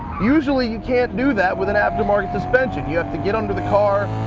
usually you can't do that with an after-market suspension. you have to get under the car,